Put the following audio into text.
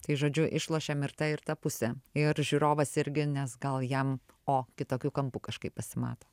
tai žodžiu išlošiam ir ta ir ta pusė ir žiūrovas irgi nes gal jam o kitokiu kampu kažkaip pasimato